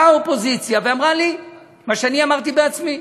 באה האופוזיציה ואמרה לי את מה שאני אמרתי בעצמי: